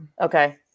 Okay